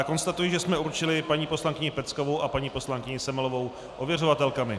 Konstatuji, že jsme určili paní poslankyni Peckovou a paní poslankyni Semelovou ověřovatelkami.